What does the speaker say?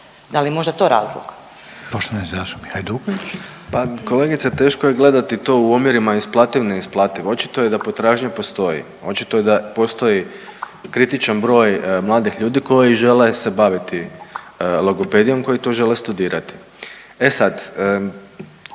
da li je možda to razlog?